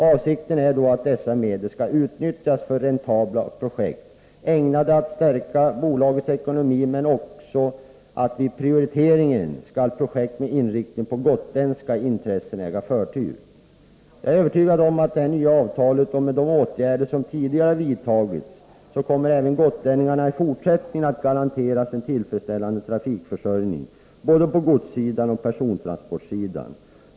Avsikten är att dessa medel skall utnyttjas för räntabla projekt ägnade att stärka bolagets ekonomi, men vid prioriteringen skall projekt med inriktning på gotländska intressen äga förtur. Jag är övertygad om att med det här nya avtalet och med de åtgärder som tidigare har vidtagits kommer även gotlänningarna i fortsättningen att garanteras en tillfredsställande trafikförsörjning, både på godssidan och på persontransportsidan.